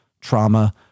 Trauma